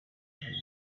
babeho